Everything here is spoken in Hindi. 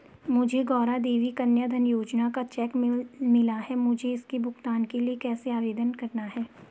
मुझे गौरा देवी कन्या धन योजना का चेक मिला है मुझे इसके भुगतान के लिए कैसे आवेदन करना होगा?